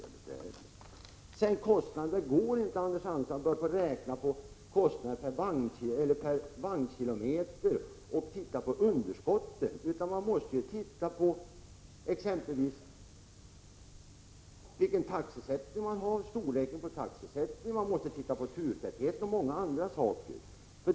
När det sedan gäller kostnaden så går det inte, Anders Andersson, att börja räkna på kostnader per vagnkilometer och se på underskotten. Man måste ju se på vilken taxesättning som tillämpas, man måste se på turtätheten och många andra saker.